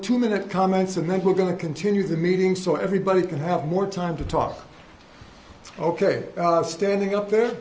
two minute comments and then we're going to continue the meeting so everybody can have more time to talk ok standing up there